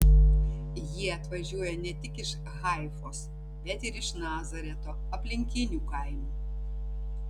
jie atvažiuoja ne tik iš haifos bet ir iš nazareto aplinkinių kaimų